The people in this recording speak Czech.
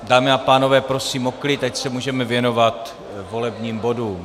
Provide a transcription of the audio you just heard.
Dámy a pánové, prosím o klid, ať se můžeme věnovat volebním bodům.